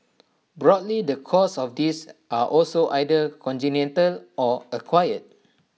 broadly the causes of this are also either congenital or acquired